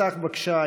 פתח בבקשה,